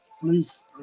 Please